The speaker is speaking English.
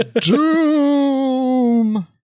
Doom